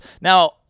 Now